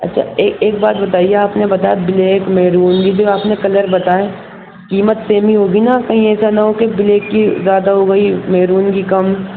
اچھا ایک ایک بات بتائیے آپ نے بتایا بلیک میں مہرون ابھی آپ نے جو کلر بتائے قیمت سیم ہی ہوگی نہ کہیں ایسا نہ ہو بلیک کی زیادہ ہو گئی مہرون کی کم